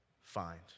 find